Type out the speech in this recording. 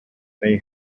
they